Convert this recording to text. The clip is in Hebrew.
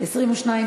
תם סדר-היום.